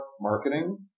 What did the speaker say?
marketing